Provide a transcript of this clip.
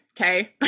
Okay